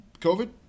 covid